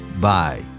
bye